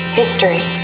history